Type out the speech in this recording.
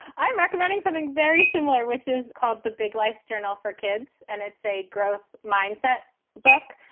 i'm recommending something very similar, which is called the big life journal for kids and it's a growth mindset book.